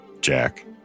Jack